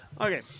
Okay